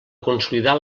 consolidar